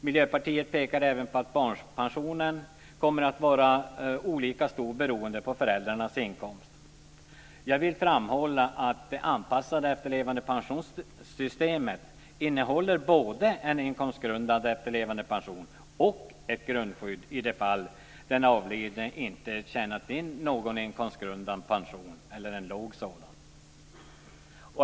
Miljöpartiet pekar även på att barnpensionen kommer att vara olika stor beroende på föräldrarnas inkomst. Jag vill framhålla att det anpassade efterlevandepensionssystemet innehåller både en inkomstgrundande efterlevandepension och ett grundskydd i de fall den avlidne inte har tjänat in någon inkomstgrundad pension eller har en låg sådan.